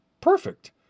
perfect